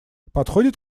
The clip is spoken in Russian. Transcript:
подходит